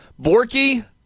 Borky